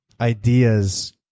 ideas